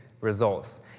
results